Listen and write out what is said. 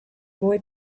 boy